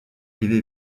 privées